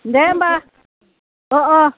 दे होनबा अ अ